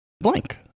blank